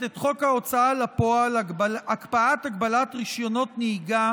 את חוק ההוצאה לפועל (הקפאת הגבלת רישיונות נהיגה)